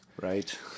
right